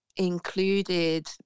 included